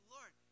Lord